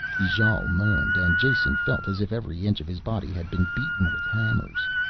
ijale moaned and jason felt as if every inch of his body had been beaten with hammers.